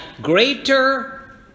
greater